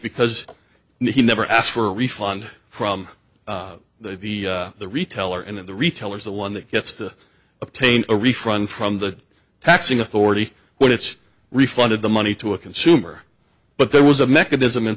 because he never asked for a refund from the retailer and the retailers the one that gets to obtain a refund from the taxing authority when it's refunded the money to a consumer but there was a mechanism in